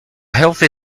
healthy